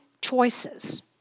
choices